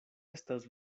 estas